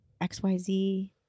XYZ